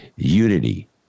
unity